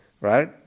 right